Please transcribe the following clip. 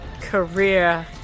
career